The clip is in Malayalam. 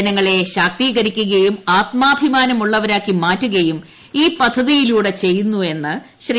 ജനങ്ങളെ ശാക്തീകരിക്കുകയും ആത്മാഭിമാന മുള്ളവരാക്കി മാറ്റുകയും ഈ പദ്ധതിയിലൂടെ ചെയ്യുന്നുവെന്ന് ശ്രീ